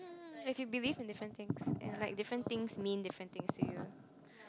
like you believe in different things and like different things mean different things to you